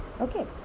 Okay